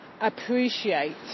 appreciate